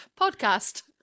podcast